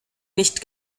nicht